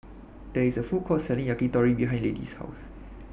There IS A Food Court Selling Yakitori behind Lady's House